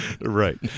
Right